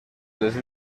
les